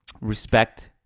respect